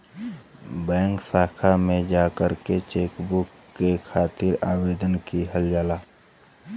bank शाखा में जाकर चेकबुक के खातिर आवेदन किहल जा सकला